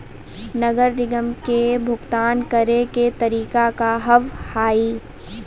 नगर निगम के भुगतान करे के तरीका का हाव हाई?